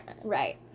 Right